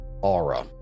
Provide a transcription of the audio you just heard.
aura